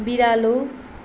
बिरालो